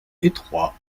étroits